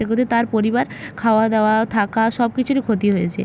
তার পরিবার খাওয়া দাওয়া থাকা সব কিছুরই ক্ষতি হয়েছে